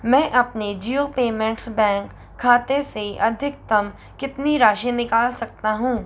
मैं अपने Jio payments bank खाते से अधिकतम कितनी राशि निकाल सकता हूँ